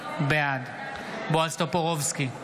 בעד בועז טופורובסקי,